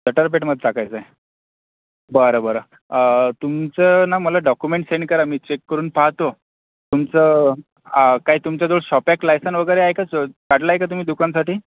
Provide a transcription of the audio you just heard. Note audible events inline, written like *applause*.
*unintelligible* पेठमध्ये टाकायचं आहे बरं बरं तुमचं न मला डॉकुमेंट सेंड करा मी चेक करून पाहतो तुमचं काही तुमच्याजवळ शॉप ॲक्ट लायसन वगैरे आहे का ज काढलंय का तुम्ही दुकानसाठी